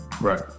Right